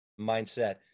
mindset